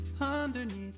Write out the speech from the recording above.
underneath